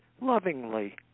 lovingly